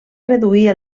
reduir